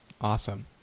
Awesome